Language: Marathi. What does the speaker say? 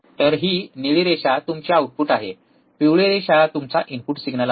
तर ही निळी रेषा तुमची आउटपुट आहे पिवळी रेषा तुमचा इनपुट सिग्नल आहे